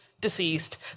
deceased